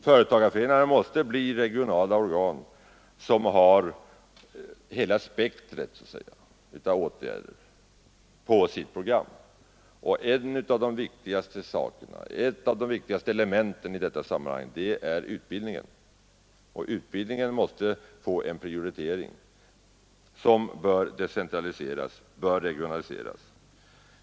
Dessa måste bli regionala organ som har så att säga hela spektret av åtgärder på sitt program. Ett av de viktigaste elementen i detta sammanhang är utbildningen. Den måste få en prioritering och bör decentraliseras, regionaliseras.